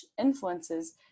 influences